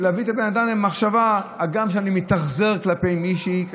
להביא את הבן אדם למחשבה: הגם שאני מתאכזר כלפי מישהי,